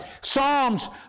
Psalms